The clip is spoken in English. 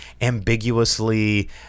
ambiguously